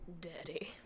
Daddy